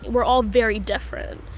we're all very different.